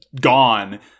gone